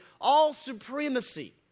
all-supremacy